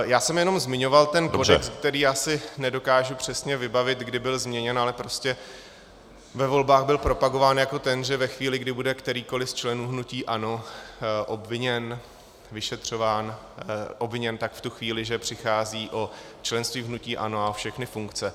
Já jsem jenom zmiňoval ten kodex, který si nedokážu přesně vybavit, kdy byl změněn, ale prostě ve volbách byl propagován jako ten, že ve chvíli, kdy bude kterýkoli ze členů hnutí ANO obviněn, vyšetřován, obviněn, tak v tu chvíli přichází o členství v hnutí ANO a všechny funkce.